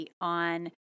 on